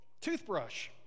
Toothbrush